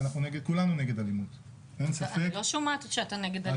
כולנו נגד אלימות --- אני לא שומעת שאתה נגד אלימות.